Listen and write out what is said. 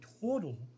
total